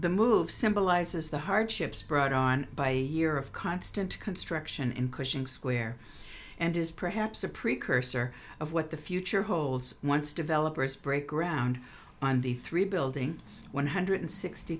the move symbolizes the hardships brought on by a year of constant construction in cushing square and is perhaps a precursor of what the future holds once developers break ground on the three building one hundred sixty